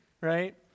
right